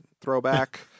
throwback